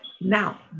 Now